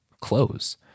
clothes